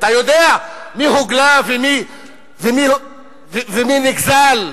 אתה יודע מי הוגלה ומי נגזל,